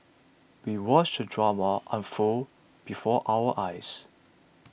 we watched the drama unfold before our eyes